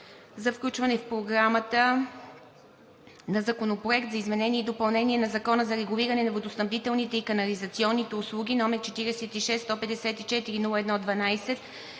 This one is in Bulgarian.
за включване в Програмата на Законопроект за изменение и допълнение на Закона за регулиране на водоснабдителните и канализационните услуги, № 46-154-01-12,